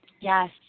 yes